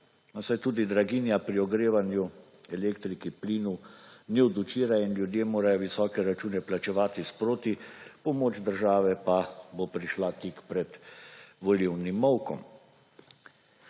saj tudi draginja pri ogrevanju elektrike, plinov, ni od včeraj in ljudje morajo visoke račune plačevati sproti, pomoč države pa bo prišla tik pred volilnim molkom.